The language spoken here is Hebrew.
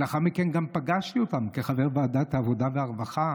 לאחר מכן גם פגשתי אותם כחבר ועדת העבודה והרווחה,